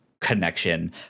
connection